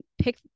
pick